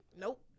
nope